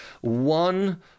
One